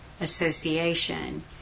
Association